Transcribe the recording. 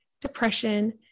depression